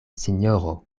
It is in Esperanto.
sinjoro